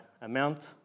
amount